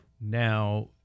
now